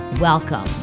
Welcome